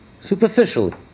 superficially